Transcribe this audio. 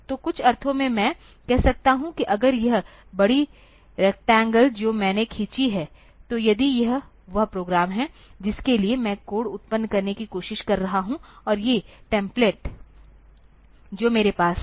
तो कुछ अर्थों में मैं कह सकता हूं कि अगर यह बड़ी रेक्टेंगल जो मैंने खींची है तो यदि यह वह प्रोग्राम है जिसके लिए मैं कोड उत्पन्न करने की कोशिश कर रहा हूं और ये टेम्पलेट जो मेरे पास हैं